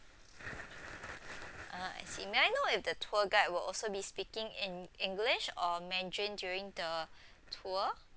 ah I see may I know if the tour guide will also be speaking in english or mandarin during the tour